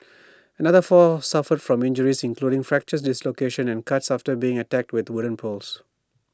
another four suffered from injuries including fractures dislocations and cuts after being attacked with wooden poles